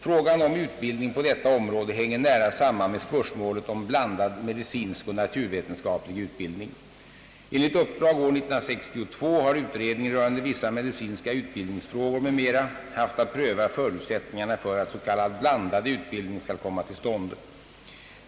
Frågan om utbildning på detta område hänger nära samman med spörsmålet om blandad medicinsk och naturvetenskaplig utbildning. Enligt uppdrag år 1962 har utredningen rörande vissa medicinska utbildningsfrågor m.m. haft att pröva förutsättningarna för att s.k. blandad utbildning skall komma till stånd.